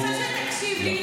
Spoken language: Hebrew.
אני רוצה שתקשיב לי,